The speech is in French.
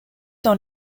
dans